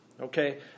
okay